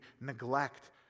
neglect